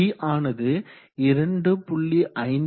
B ஆனது 2